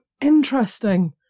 interesting